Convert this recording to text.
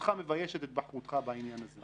זקנותך מביישת את בחרותך בעניין הזה.